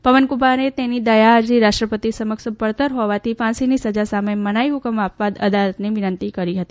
પવનકુમારે તેની દયા અરજી રાષ્ટ્રપતિ સમક્ષ પડતર હોવાથી ફાંસીની સજા સામે મનાઇ હ્કમ આપવા અદાલતને વિનંતી કરી હતી